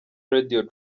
radio